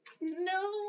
No